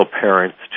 parents